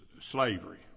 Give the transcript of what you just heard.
slavery